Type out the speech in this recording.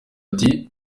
ati